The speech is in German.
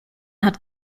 hat